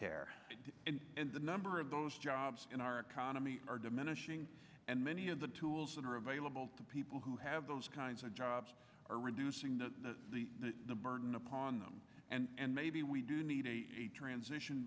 and the number of those jobs in our economy are diminishing and many of the tools that are available to people who have those kinds of jobs are reducing the the burden upon them and maybe we do need a transition